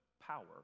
power